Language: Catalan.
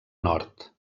nord